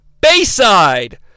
Bayside